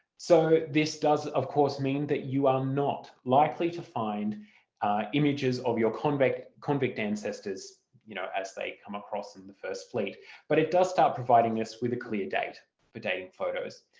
so this does of course mean that you are not likely to find images of your convict convict ancestors you know as they came across in the first fleet but it does start providing us with a clear date for dating photos.